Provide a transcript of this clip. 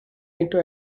into